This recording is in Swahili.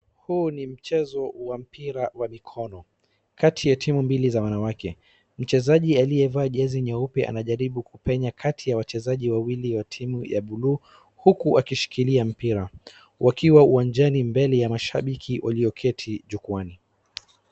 Huu ni mchezo wa mpira wa mikono kati ya timu mbili za wanawake. Mchezaji aliyevaa jezi nyeupe anajaribu kupenya kati ya wachezaji wawili wa timu ya buluu, huku akishikilia mpira wakiwa uwanjani mbele ya mashabiki walioketi jukwaani.